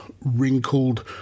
wrinkled